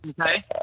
Okay